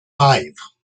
five